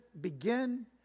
begin